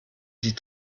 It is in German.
die